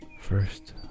first